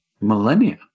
millennia